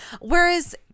Whereas